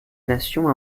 nations